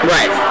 Right